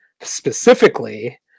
specifically